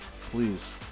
Please